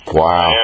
wow